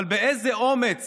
אבל באיזה אומץ